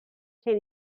can